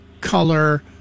color